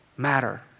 matter